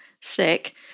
sick